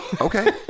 Okay